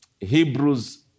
Hebrews